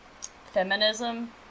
feminism